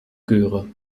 göre